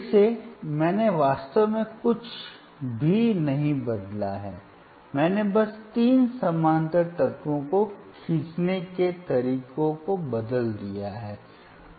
फिर से मैंने वास्तव में कुछ भी नहीं बदला है मैंने बस तीन समानांतर तत्वों को खींचने के तरीके को बदल दिया है